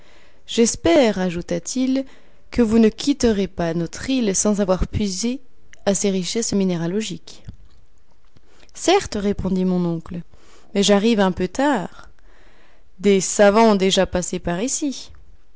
j'espère ajouta-t-il que vous ne quitterez pas notre île sans avoir puisé à ses richesses minéralogiques certes répondit mon oncle mais j'arrive un peu tard des savants ont déjà passé par ici